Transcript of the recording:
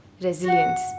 resilience